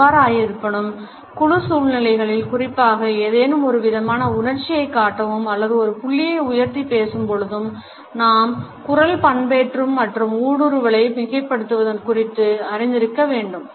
எவ்வாறிருப்பினும் குழு சூழ்நிலைகளில் குறிப்பாக ஏதேனும் ஒருவிதமான உணர்ச்சியைக் காட்டவும் அல்லது ஒரு புள்ளியை உயர்த்திப் பேசும் பொழுதும் நாம் குரல் பண்பேற்றம் மற்றும் ஊடுருவலை மிகைப்படுத்துதல் குறித்து அறிந்திருக்க வேண்டும்